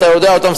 ואתה יודע אותם,